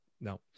No